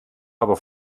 aber